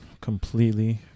completely